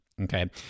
Okay